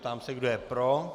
Ptám se, kdo je pro.